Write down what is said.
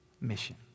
mission